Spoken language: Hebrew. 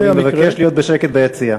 אני מבקש להיות בשקט ביציע.